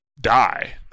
die